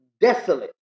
desolate